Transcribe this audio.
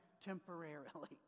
temporarily